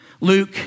Luke